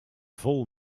vol